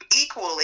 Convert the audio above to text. equally